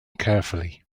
carefully